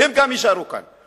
והם גם יישארו כאן.